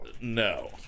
No